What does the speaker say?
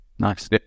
Nice